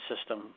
system